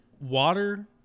water